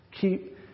Keep